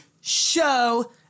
Show